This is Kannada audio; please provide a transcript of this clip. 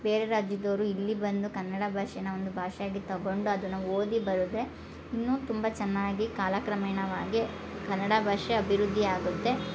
ಬೇರೆ ರಾಜ್ಯದವರು ಇಲ್ಲಿ ಬಂದು ಕನ್ನಡ ಭಾಷೆನ ಒಂದು ಭಾಷೆಯಾಗಿ ತಗೊಂಡು ಅದನ್ನು ಓದಿ ಬರೆದ್ರೆ ಇನ್ನೂ ತುಂಬ ಚೆನ್ನಾಗಿ ಕಾಲಕ್ರಮೇಣವಾಗಿ ಕನ್ನಡ ಭಾಷೆ ಅಭಿವೃದ್ಧಿ ಆಗುತ್ತೆ